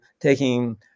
taking